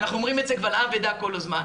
ואנחנו אומרים את זה קבל עם ועדה כל הזמן.